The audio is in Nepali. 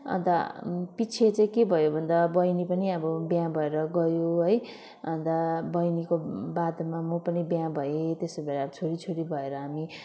अन्त पिच्छे चाहिँ के भयो भन्दा बहिनी पनि अब बिहे भएर गयो है अन्त बहिनीको बादमा म पनि बिहे भएँ त्यसो भएर अब छोरी छोरी भएर हामी